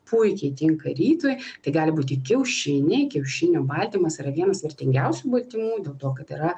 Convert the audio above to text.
puikiai tinka rytui tai gali būti kiaušiniai kiaušinio baltymas yra vienas vertingiausių baltymų dėl to kad yra